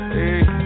Hey